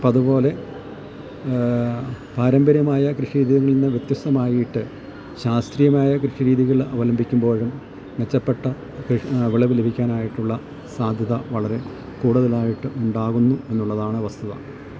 അപ്പം അതുപോലെ പാരമ്പര്യമായ കൃഷി രീതികളിൽനിന്ന് വ്യത്യസ്തമായിട്ട് ശാസ്ത്രീയമായ കൃഷിരീതികൾ അവലംബിക്കുമ്പോഴും മെച്ചപ്പെട്ട വിളവ് ലഭിക്കാനായിട്ടുള്ള സാധ്യത വളരെ കൂടുതലായിട്ട് ഉണ്ടാകുന്നു എന്നുള്ളതാണ് വസ്തുത